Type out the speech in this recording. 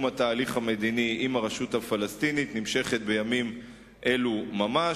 התהליך המדיני עם הרשות הפלסטינית נמשכת בימים אלו ממש,